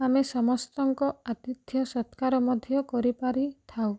ଆମେ ସମସ୍ତଙ୍କ ଆତିଥ୍ୟ ସତ୍କାର ମଧ୍ୟ କରିପାରିଥାଉ